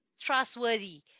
trustworthy